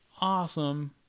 awesome